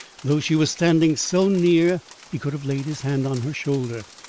though she was standing so near he could have laid his hand on her shoulder.